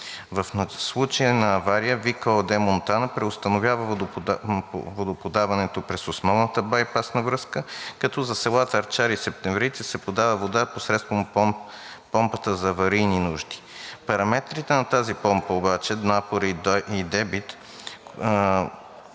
В случай на авария „ВиК“ ООД – Монтана, преустановява водоподаването през основната байпасна връзка, като за селата Арчар и Септемврийци се подава вода посредством помпата за аварийни нужди. Параметрите на тази помпа обаче – напор и дебит,